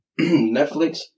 Netflix